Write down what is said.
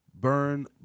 burn